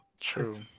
True